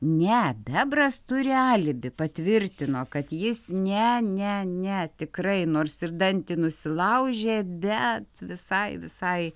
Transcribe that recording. ne bebras turi alibi patvirtino kad jis ne ne ne tikrai nors ir dantį nusilaužė bet visai visai